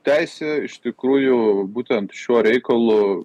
teisė iš tikrųjų būtent šiuo reikalu